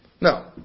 No